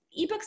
eBooks